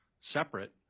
separate